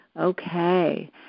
okay